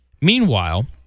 Meanwhile